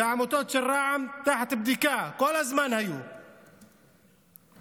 והעמותות של רע"מ תחת בדיקה, הן היו כל הזמן.